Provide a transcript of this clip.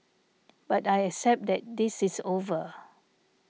but I accept that this is over